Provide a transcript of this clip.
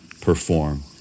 perform